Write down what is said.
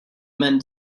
men